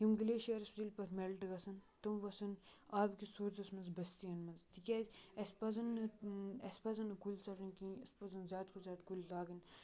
یِم گٕلیشیٲرٕس ییٚلہِ پَتہِ میٚلٹ گَژھَن تِم وَسَن آبہِ کِس صوٗرتَس مَنٛز بٔستِیَن مَنٛز تِکیازٕ اَسہِ پَزَن نہٕ اَسہِ پَزَن نہٕ کُلۍ ژَٹٕنۍ کِہینۍ اَسہِ پَزَن زیادٕ کھۄتہٕ زیادٕ کُلۍ لاگٕنۍ